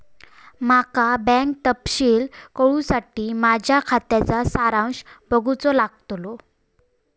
माका बँक तपशील कळूसाठी माझ्या खात्याचा सारांश बघूचो लागतलो